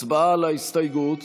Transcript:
הצבעה על ההסתייגות.